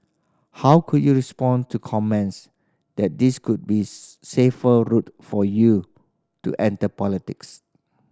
how could you respond to comments that this could be safer route for you to enter politics